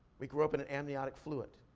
we grow up in an amniotic fluid.